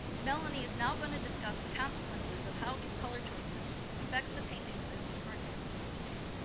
melanie is now going to discuss the consequences of how these color choices affects the paintings as we currently see them today.